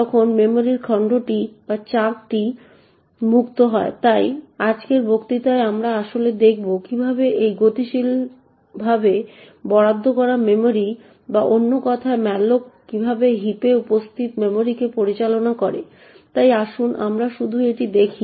তখন মেমরির খণ্ডটি মুক্ত হয় তাই আজকের বক্তৃতায় আমরা আসলে দেখব কিভাবে এই গতিশীলভাবে বরাদ্দ করা মেমরি বা অন্য কথায় ম্যালোক কীভাবে হিপে উপস্থিত মেমরিকে পরিচালনা করে তাই আসুন আমরা শুধু এটি দেখি